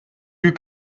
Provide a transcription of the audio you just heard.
you